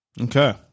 Okay